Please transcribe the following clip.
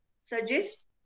suggest